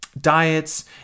diets